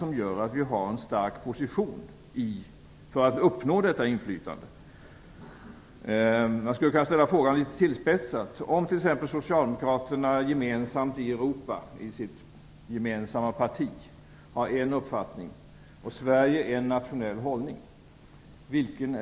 Det gör att vi får en stark position för att uppnå detta inflytande. Man skulle kunna spetsa till frågan litet. Vilken hållning är det som gäller för Ingvar Carlsson om t.ex. Socialdemokraterna i Europa, i sitt gemensamma parti, har en hållning och Sverige en annan nationell hållning?